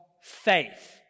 faith